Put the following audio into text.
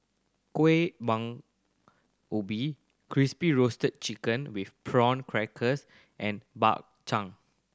kueh bang ubi Crispy Roasted Chicken with Prawn Crackers and Bak Chang